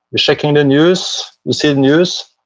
you're checking the news, you see the news,